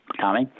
Tommy